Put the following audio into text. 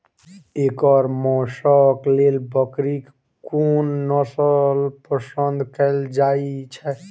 एकर मौशक लेल बकरीक कोन नसल पसंद कैल जाइ छै?